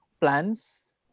plans